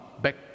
back